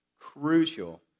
Crucial